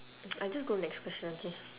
I think go next question okay